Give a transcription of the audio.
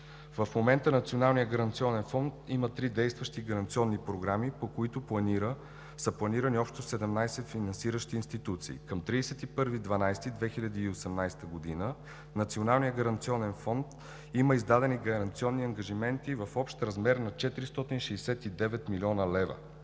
В момента Националният гаранционен фонд има три действащи гаранционни програми, по които са планирани общо 17 финансиращи институции. Към 31 декември 2018 г. Националният гаранционен фонд има издадени гаранционни ангажименти в общ размер на 469 млн. лв.